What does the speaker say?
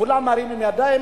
כולם מרימים ידיים.